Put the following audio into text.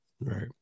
Right